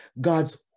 God's